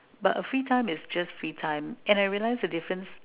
but a free time is just free time and I realize the difference